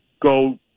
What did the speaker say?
go